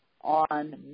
on